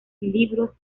libros